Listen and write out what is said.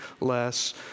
less